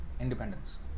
independence